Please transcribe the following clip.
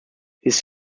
his